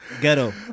Ghetto